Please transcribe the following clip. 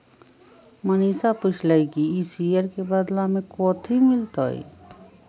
मनीषा पूछलई कि ई शेयर के बदला मे कथी मिलतई